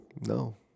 No